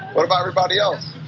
what about everybody else?